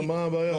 מה הבעיה?